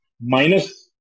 minus